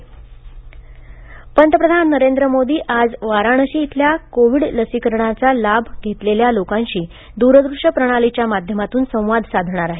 लसीकरण पंतप्रधान नरेंद्र मोदी आज वाराणशी येथील कोविड लसीकरणाचा लाभ घेतलेल्या लोकांशी दूरदृश्य प्रणालीच्या माध्यमातून संवाद साधणार आहेत